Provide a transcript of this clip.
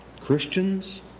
Christians